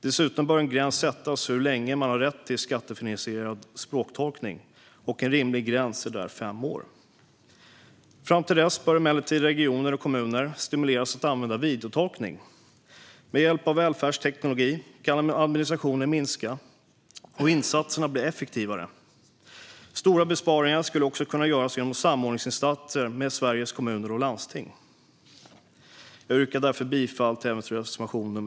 Dessutom bör en gräns sättas för hur länge man har rätt till skattefinansierad språktolkning. En rimlig gräns är fem år. Fram till dess bör emellertid regioner och kommuner stimuleras att använda videotolkning. Med hjälp av välfärdsteknologi kan administrationen minska och insatserna bli effektivare. Stora besparingar skulle också kunna göras genom samordningsinsatser med Sveriges Kommuner och Landsting. Jag yrkar därför bifall även till reservation 2.